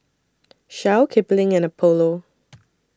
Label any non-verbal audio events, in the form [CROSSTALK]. Shell Kipling and Apollo [NOISE]